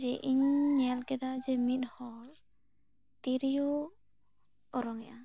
ᱡᱮ ᱤᱧ ᱧᱮᱞ ᱠᱮᱫᱟ ᱡᱮ ᱢᱤᱫ ᱦᱚᱲ ᱛᱤᱨᱭᱚ ᱚᱨᱚᱝ ᱮᱜᱼᱟ